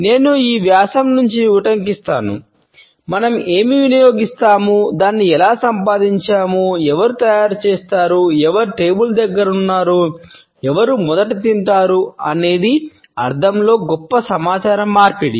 నేను ఈ వ్యాసం నుండి ఉటంకిస్తాను "మనం ఏమి వినియోగిస్తాము దాన్ని ఎలా సంపాదించాము ఎవరు తయారుచేస్తారు ఎవరు టేబుల్ వద్ద ఉన్నారు ఎవరు మొదట తింటారు అనేది అర్ధంలో గొప్ప సమాచార మార్పిడి